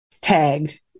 tagged